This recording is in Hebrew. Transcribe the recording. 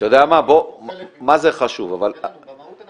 ------ או חלק מ --- במהות אנחנו